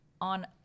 on